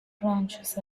branches